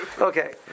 Okay